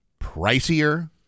pricier